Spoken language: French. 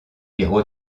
firent